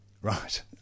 Right